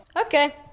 Okay